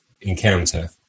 encounter